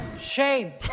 Shame